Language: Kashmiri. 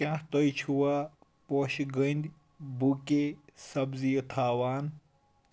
کیٛاہ تۄہہِ چھُوا پوشہٕ گٔنٛدۍ بُکے سبزِیہِ تھاوان